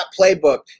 playbook